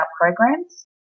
programs